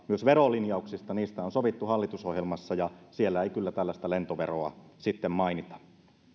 myös verolinjauksista on sovittu hallitusohjelmassa ja siellä ei kyllä tällaista lentoveroa mainita